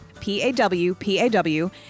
P-A-W-P-A-W